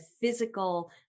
physical